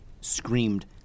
screamed